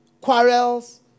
quarrels